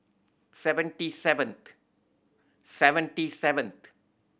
seventy seventh seventy seventh